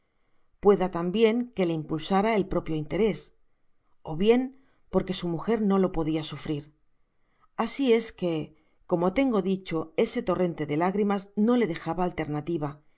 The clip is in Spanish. pueda tambien que le impulsara el propio interés ó bien porque su muger no lo podia sufrir asi es que como tengo dicho ese torrente de lágrimas no le dejaba alternativa